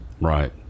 right